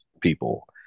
people